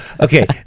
Okay